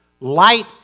Light